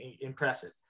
impressive